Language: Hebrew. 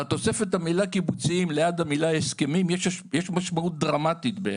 לתוספת המילה קיבוציים ליד המילה הסכמים יש משמעות דרמטית בעיניי.